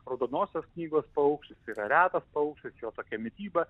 raudonosios knygos paukštis yra retas paukštis tokia mityba